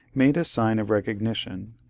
made a sign of recognition,